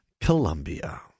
Colombia